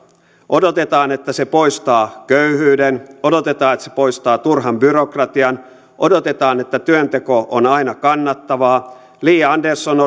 odotetaan että se poistaa köyhyyden odotetaan että se poistaa turhan byrokratian odotetaan että työnteko on aina kannattavaa li andersson